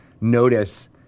notice